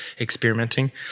experimenting